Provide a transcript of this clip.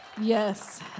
Yes